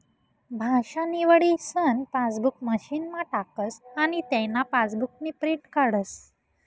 भाषा निवडीसन पासबुक मशीनमा टाकस आनी तेना पासबुकनी प्रिंट काढस